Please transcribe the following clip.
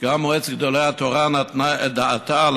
שגם מועצת גדולי התורה נתנה את דעתה על